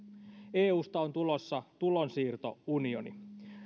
eusta on tulossa tulonsiirtounioni